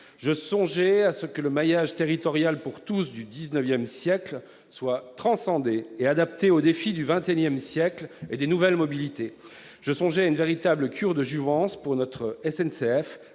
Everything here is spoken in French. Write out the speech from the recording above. Je songeais au maillage territorial pour tous du XIX siècle qui aurait été transcendé et adapté aux défis du XXIsiècle et des nouvelles mobilités. Je songeais à une véritable cure de jouvence pour notre SNCF,